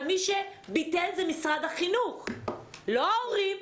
אבל מי שביטל זה משרד החינוך, לא ההורים.